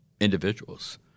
Individuals